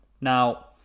Now